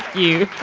you,